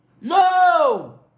no